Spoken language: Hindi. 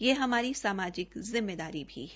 यह हमारी सामाजिक जिम्मेदारी भी है